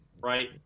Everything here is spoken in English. right